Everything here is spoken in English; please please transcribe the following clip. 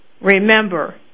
Remember